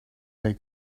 they